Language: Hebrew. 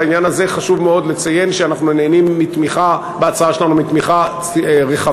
בעניין הזה חשוב מאוד לציין שאנחנו נהנים בהצעה שלנו מתמיכה רחבה,